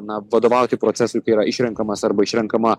na vadovauti procesui tai yra išrenkamas arba išrenkama